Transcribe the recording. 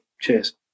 Cheers